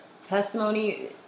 testimony